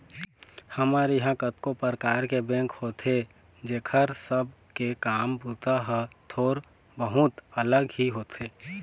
हमर इहाँ कतको परकार के बेंक होथे जेखर सब के काम बूता ह थोर बहुत अलग ही होथे